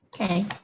Okay